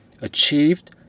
achieved